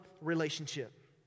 relationship